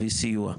ותעסוקה.